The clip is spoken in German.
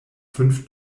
fünf